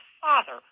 father